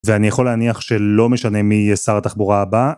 ואני יכול להניח שלא משנה מי יהיה שר התחבורה הבא.